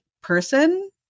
person